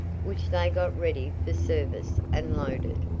which they got ready for service, and loaded.